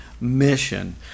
mission